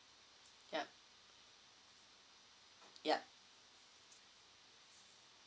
yup yup